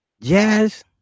Jazz